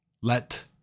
let